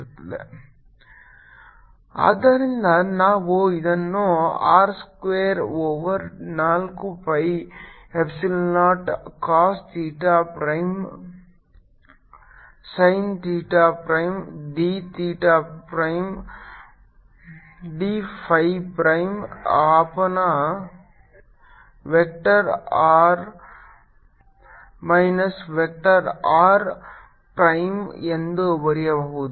Vr 14π0 r RR2sinddϕ 14π0 cosθr RR2sinddϕR24π0 cosθr Rsinddϕ r30 cosθ for r≤RR330 cosθr2 for r≥R ಆದ್ದರಿಂದ ನಾವು ಇದನ್ನು R square over ನಾಲ್ಕು pi epsilon naught cos theta prime sin theta prime d theta prime d phi prime ಅಪಾನ vector r minus vector R prime ಎಂದು ಬರೆಯಬಹುದು